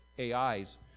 AIs